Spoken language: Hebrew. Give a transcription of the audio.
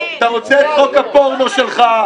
אתה רוצה את חוק הפורנו שלך,